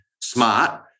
smart